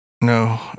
No